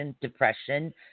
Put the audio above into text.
depression